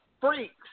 freaks